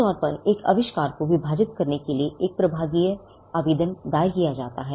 आम तौर पर एक आविष्कार को विभाजित करने के लिए एक प्रभागीय आवेदन दायर किया जाता है